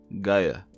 Gaia